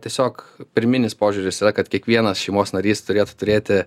tiesiog pirminis požiūris yra kad kiekvienas šeimos narys turėtų turėti